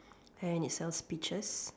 and it sells peaches